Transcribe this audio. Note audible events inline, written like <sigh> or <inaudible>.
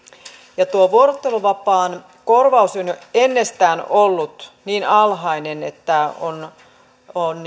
ja tuon vuorotteluvapaan korvaus on jo ennestään ollut niin alhainen että on on <unintelligible>